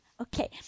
Okay